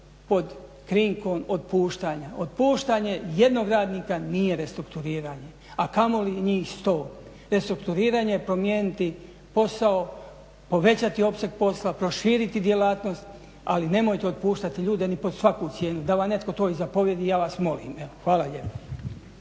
pod krinkom otpuštanja, otpuštanje jednog radnika nije restrukturiranje a kamoli njih sto. Restrukturiranje, promijeniti posao, povećati opseg posla, proširiti djelatnost ali nemojte otpuštati ljude ni pod svaku cijenu, da vam netko to i zapovijedi ja vas molim, evo. Hvala lijepo.